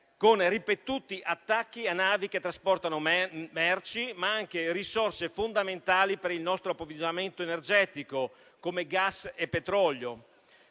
con ripetuti attacchi a navi che trasportano merci, ma anche risorse fondamentali per il nostro approvvigionamento energetico, come gas e petrolio.